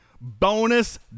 Bonus